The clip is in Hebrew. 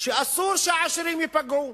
שאסור שהעשירים ייפגעו